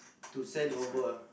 to send over